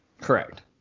Correct